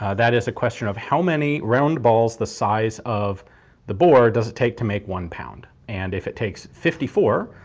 ah that is a question of how many round balls the size of the bore does it take to make one pound. and if it takes fifty four,